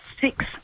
six